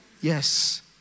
Yes